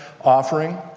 offering